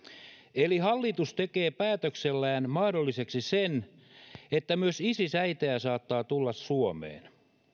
eli hallitus tekee päätöksellään mahdolliseksi sen että myös isis äitejä saattaa tulla suomeen